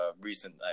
recent